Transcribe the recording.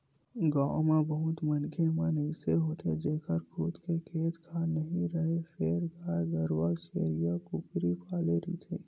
गाँव म बहुत मनखे मन अइसे होथे जेखर खुद के खेत खार नइ राहय फेर गाय गरूवा छेरीया, कुकरी पाले रहिथे